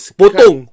potong